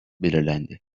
belirlendi